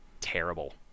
terrible